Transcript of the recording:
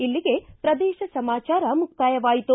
ಇಲ್ಲಿಗೆ ಪ್ರದೇಶ ಸಮಾಚಾರ ಮುಕ್ತಾಯವಾಯಿತು